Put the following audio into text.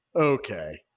okay